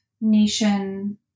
nation